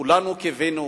כולנו קיווינו,